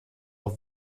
auch